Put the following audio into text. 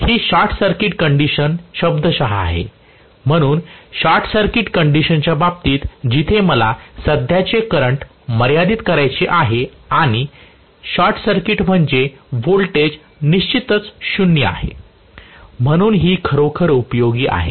ही short circuit condition शब्दशः आहे म्हणून शॉर्ट सर्किट कंडिशनच्या बाबतीत जिथे मला सध्याचे करंट मर्यादित करायचे आहे आणि शॉर्ट सर्किट म्हणजे व्होल्टेज निश्चितच 0 आहे म्हणून ही खरोखर उपयोगी आहे